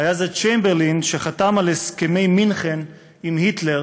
היה זה צ'מברליין שחתם על הסכמי מינכן עם היטלר